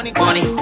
money